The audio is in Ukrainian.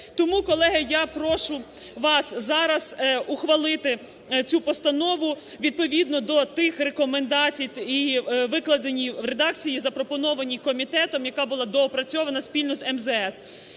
Тому, колеги, я прошу вас зараз ухвалити цю постанову відповідно до тих рекомендацій і викладеній в редакції, запропонованій комітетом, яка була доопрацьована спільно з МЗС.